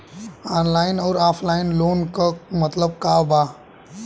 Online अउर offline loan क मतलब का बा?